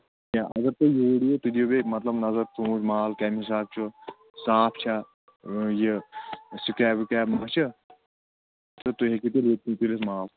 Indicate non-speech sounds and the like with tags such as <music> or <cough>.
کینٛہہ البتہ یوٗرۍ یِیِو تُہۍ دِیِو بیٚیہِ ییٚتہِ مطلب نظر ژوٗںٛٹھۍ مال کَمہِ حِسابہٕ چھُ صاف چھا یہِ سِکیب وِکیب ما چھِ تہٕ تُہۍ ہٮ۪کِو تیٚلہِ <unintelligible> مال